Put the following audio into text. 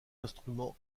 instruments